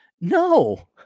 No